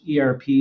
ERP